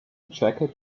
jacket